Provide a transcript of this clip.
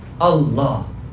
Allah